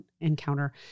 encounter